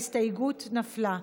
ההסתייגות נפלה.